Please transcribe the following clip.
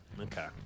Okay